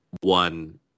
one